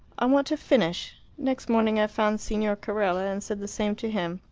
i want to finish. next morning i found signor carella and said the same to him.